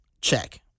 Check